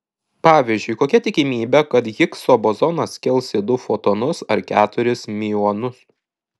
pavyzdžiui kokia tikimybė kad higso bozonas skils į du fotonus ar keturis miuonus